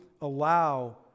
allow